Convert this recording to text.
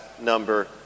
number